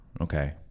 Okay